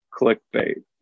clickbait